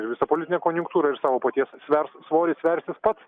ir visą politinę konjunktūrą ir savo paties svers svorį sversis pats